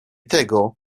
tego